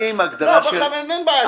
אין בעיה.